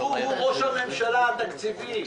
הוא ראש הממשלה התקציבי.